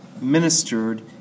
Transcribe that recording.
ministered